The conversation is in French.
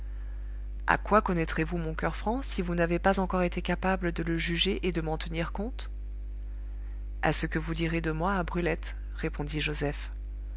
à quoi connaîtrez vous mon coeur franc si vous n'avez pas encore été capable de le juger et de m'en tenir compte à ce que vous direz de moi à brulette répondit joseph